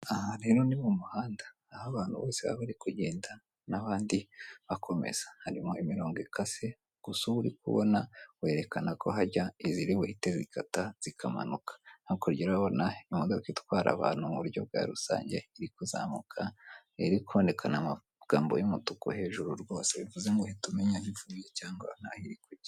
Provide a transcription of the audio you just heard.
Aha rero ni mu muhanda aho abantu bose baba bari kugenda n'abandi bakomeza, harimo imirongo ikase gusa uwo uri kubona werekana ko hajya iziri buhite zikata zikamanuka, hakurya urabona imodoka itwara abantu mu buryo bwa rusange iri kuzamuka iri kwerekana amagambo y'umutuku hejuru rwose bivuze ngo uhita umenya aho ivuye cyangwa n'aho iri kujya.